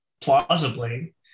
plausibly